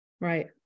right